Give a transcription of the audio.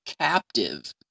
captive